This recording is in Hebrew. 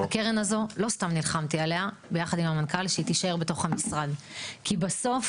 לא סתם נלחמתי, יחד עם המנכ"ל, שהקרן הזאת